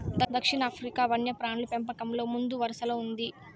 దక్షిణాఫ్రికా వన్యప్రాణుల పెంపకంలో ముందువరసలో ఉంది